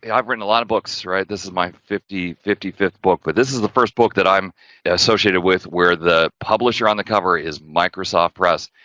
i've written a lot of books, right, this is my fifty-fifth fifty-fifth book but this is the first book that i'm yeah associated with, where the publisher on the cover is microsoft press.